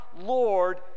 Lord